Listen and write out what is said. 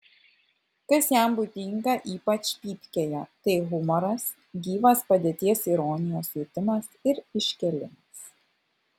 kas jam būdinga ypač pypkėje tai humoras gyvas padėties ironijos jutimas ir iškėlimas